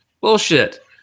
Bullshit